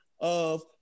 of-